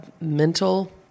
mental